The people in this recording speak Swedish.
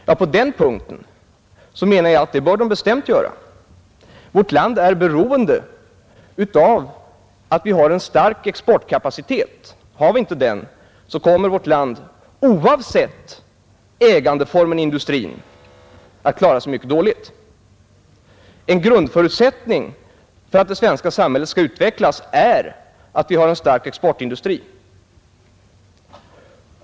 Ja, på den punkten menar jag att det bör man bestämt göra. Vårt land är beroende av att vi har en stark exportkapacitet. Har vi inte det, kommer vårt land oavsett ägandeformen inom industrin att klara sig mycket dåligt. En grundförutsättning för att det svenska samhället skall utvecklas är att vi har en stark exportindustri.